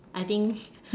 I think